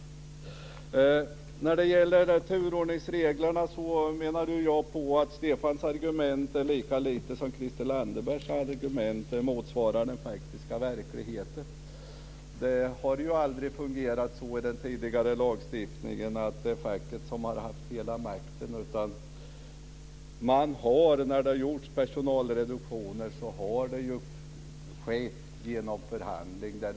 När det gäller turordningsreglerna menar jag att Stefan Attefalls lika lite som Christel Anderbergs argument motsvarar den faktiska verkligheten. Vad gäller tidigare lagstiftning har det aldrig fungerat så att facket haft hela makten, utan vid personalreduktioner har det skett genom förhandling.